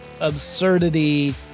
absurdity